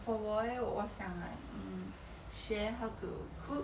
and I mean just creating beautiful thing 你会觉得蛮开心